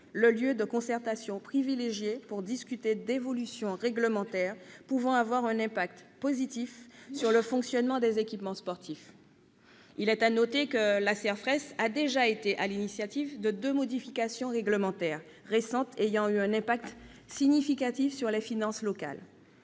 le lieu de concertation privilégié pour discuter d'évolutions réglementaires pouvant avoir un impact positif sur le fonctionnement des équipements sportifs. Il est à noter que la CERFRES a déjà été à l'initiative de deux modifications réglementaires récentes ayant eu un impact significatif sur les finances locales